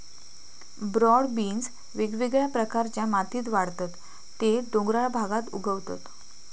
broad beans वेगवेगळ्या प्रकारच्या मातीत वाढतत ते डोंगराळ भागात उगवतत